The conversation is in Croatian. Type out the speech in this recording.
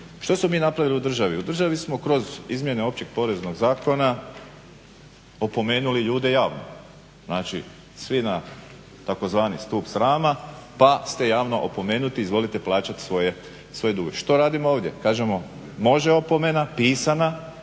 Što smo mi napravili u državi, u državi smo kroz izmjene Općeg poreznog zakona opomenuli ljude jao, znači svi na tzv. stup srama, pa ste javno opomenuti, izvolite plaćati svoje dugove. Što radimo ovdje? Kažemo može opomena, pisana,